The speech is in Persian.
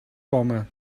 بامن